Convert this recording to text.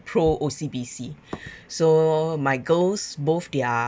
pro O_C_B_C so my girls both their